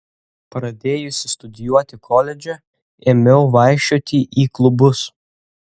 pradėjusi studijuoti koledže ėmiau vaikščioti į klubus